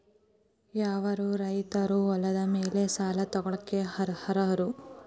ಯಾವ ರೈತರು ಹೊಲದ ಮೇಲೆ ಸಾಲ ತಗೊಳ್ಳೋಕೆ ಅರ್ಹರು?